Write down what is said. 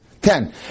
Ten